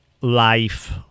life